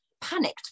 panicked